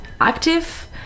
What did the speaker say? active